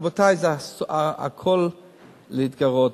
רבותי, זה הכול כדי להתגרות.